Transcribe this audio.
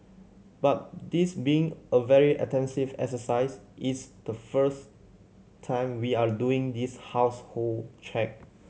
but this being a very extensive exercise it's the first time we are doing this household check